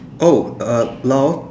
oh uh loud